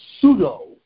pseudo-